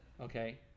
okay